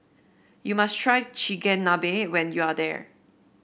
you must try Chigenabe when you are there